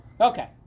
Okay